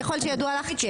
ככל שידוע לי כן.